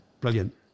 Brilliant